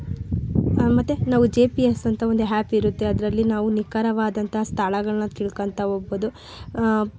ಮತ್ತೆ ನಾವು G P S ಅಂತ ಒಂದ್ ಹ್ಯಾಪ್ ಇರುತ್ತೆ ಅದರಲ್ಲಿ ನಾವು ನಿಖರವಾದಂತಹ ಸ್ಥಳಗಳನ್ನ ತಿಳ್ಕೋತಾ ಹೋಗ್ಬೋದು